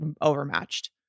overmatched